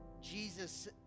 Jesus